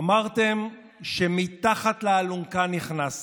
אמרתם שמתחת לאלונקה נכנסתם,